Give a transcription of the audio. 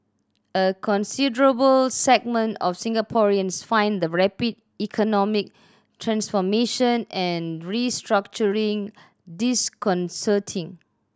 a considerable segment of Singaporeans find the rapid economic transformation and restructuring disconcerting